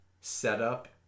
setup